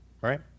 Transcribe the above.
right